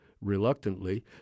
reluctantly